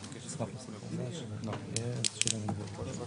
אני שואל אם את